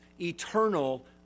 eternal